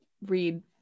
read